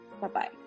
Bye-bye